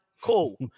Cool